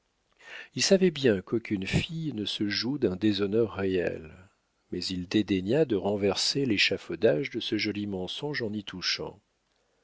il savait bien qu'aucune fille ne se joue d'un déshonneur réel mais il dédaigna de renverser l'échafaudage de ce joli mensonge en y touchant